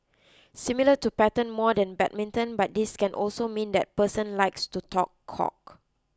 similar to pattern more than badminton but this can also mean that person likes to talk cock